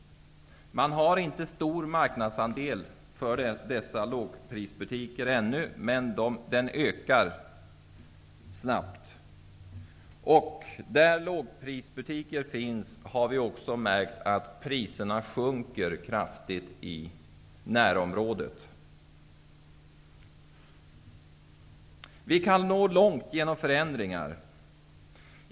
Dessa lågprisbutiker har inte stor marknadsandel ännu, men den ökar snabbt. Där lågprisbutiker finns har vi också märkt att priserna sjunker kraftigt i närområdet. Vi kan nå långt genom förändringar.